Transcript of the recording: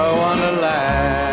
wonderland